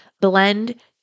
Blend